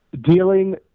Dealing